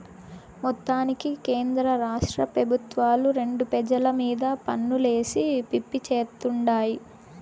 మొత్తానికి కేంద్రరాష్ట్ర పెబుత్వాలు రెండు పెజల మీద పన్నులేసి పిప్పి చేత్తుండాయి